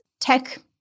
tech